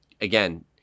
again